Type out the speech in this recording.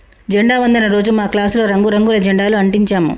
జెండా వందనం రోజు మా క్లాసులో రంగు రంగుల జెండాలు అంటించాము